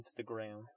Instagram